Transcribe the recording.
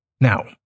now